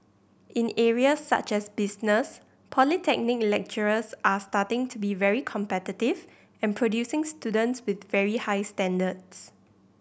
in areas such as business polytechnic lecturers are starting to be very competitive and producing students with very high standards